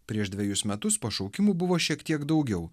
prieš dvejus metus pašaukimų buvo šiek tiek daugiau